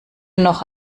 noch